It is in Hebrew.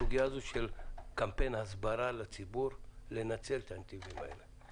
בסוגיה הזו של קמפיין הסברה לציבור לנצל את הנתיבים האלה.